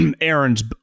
Aaron's